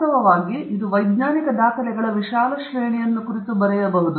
ವಾಸ್ತವವಾಗಿ ಇದು ವೈಜ್ಞಾನಿಕ ದಾಖಲೆಗಳ ವಿಶಾಲ ಶ್ರೇಣಿಯನ್ನು ಕುರಿತು ಬರೆಯಬಹುದು